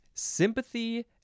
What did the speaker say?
sympathy